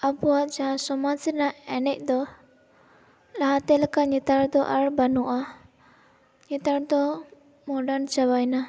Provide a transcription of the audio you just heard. ᱟᱵᱚᱣᱟᱜ ᱡᱟᱦᱟᱸ ᱥᱚᱢᱟᱡᱽ ᱨᱮᱱᱟᱜ ᱮᱱᱮᱡ ᱫᱚ ᱞᱟᱦᱟ ᱛᱮ ᱞᱮᱠᱟ ᱱᱮᱛᱟᱨ ᱫᱚ ᱟᱨ ᱵᱟᱹᱱᱩᱜᱼᱟ ᱱᱮᱛᱟᱨ ᱫᱚ ᱢᱳᱰᱟᱱ ᱪᱟᱵᱟᱭᱮᱱᱟ